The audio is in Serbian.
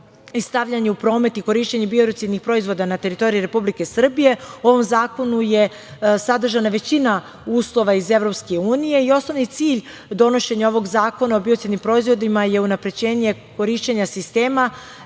i stavljanje u promet i korišćenje biocidnih proizvoda na teritoriji Republike Srbije. U ovom zakonu je sadržana većina uslova iz EU. Osnovni cilj donošenja ovog Zakona o biocidnim proizvodima je unapređenje korišćenja sistema